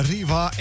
Riva